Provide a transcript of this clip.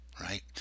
right